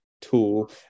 tool